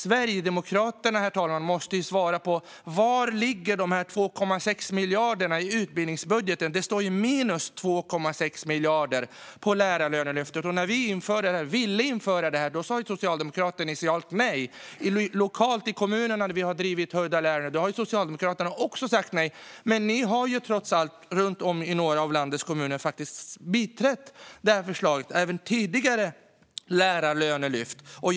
Sverigedemokraterna måste svara på var i utbildningsbudgeten de här 2,6 miljarderna ligger. Det står ju minus 2,6 miljarder på Lärarlönelyftet. När vi ville införa det här sa Socialdemokraterna initialt nej. När vi lokalt i kommunerna har drivit höjda lärarlöner har Socialdemokraterna också sagt nej. Men ni har trots allt runt om i några av landets kommuner biträtt det här förslaget, liksom tidigare lärarlönelyft.